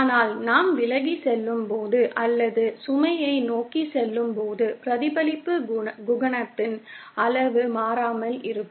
ஆனால் நாம் விலகிச் செல்லும்போது அல்லது சுமையை நோக்கிச் செல்லும்போது பிரதிபலிப்பு குணகத்தின் அளவு மாறாமல் இருக்கும்